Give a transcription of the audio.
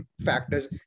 factors